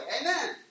Amen